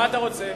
מה אתה רוצה?